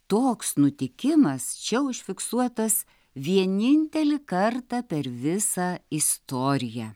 toks nutikimas čia užfiksuotas vienintelį kartą per visą istoriją